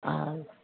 আর